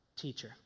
teacher